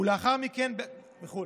ולאחר מכן וכו'.